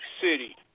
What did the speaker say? city